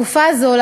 בתקופה זו,